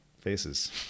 faces